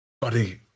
Buddy